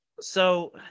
So-